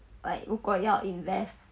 like 如果要 invest